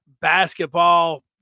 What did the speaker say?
basketball